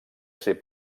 ser